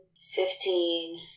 fifteen